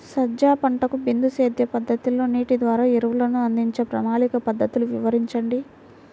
సజ్జ పంటకు బిందు సేద్య పద్ధతిలో నీటి ద్వారా ఎరువులను అందించే ప్రణాళిక పద్ధతులు వివరించండి?